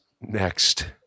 next